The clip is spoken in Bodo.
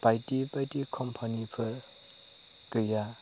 बायदि बायदि कम्पानिफोर गैया